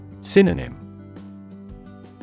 Synonym